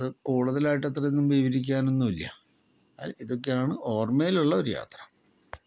അത് കൂടുതലായിട്ട് അത്ര വിവരിക്കാൻ ഒന്നുമില്ല ഇതൊക്കെയാണ് ഓർമ്മയിലുള്ള ഒരു യാത്ര